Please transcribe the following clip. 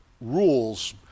rules